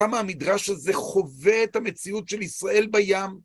למה המדרש הזה חווה את המציאות של ישראל בים?